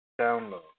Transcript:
Download